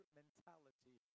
mentality